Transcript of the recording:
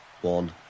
one